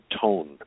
tone